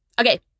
okay